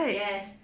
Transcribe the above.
yes